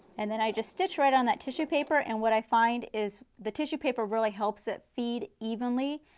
and then i just stitch right on that tissue paper and what i find is the tissue paper really helps it feed evenly.